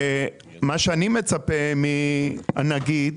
מה שאני מצפה מהנגיד,